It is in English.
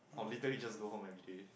I'll literally just go home everyday